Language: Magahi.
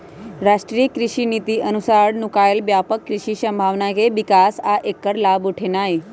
राष्ट्रीय कृषि नीति अनुसार नुकायल व्यापक कृषि संभावना के विकास आ ऐकर लाभ उठेनाई